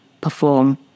perform